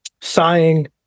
Sighing